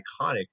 iconic